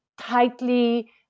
tightly